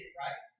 right